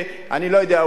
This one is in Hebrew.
אני לא יודע,